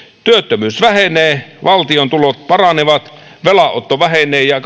työttömyys vähenee valtion tulot paranevat velanotto vähenee ja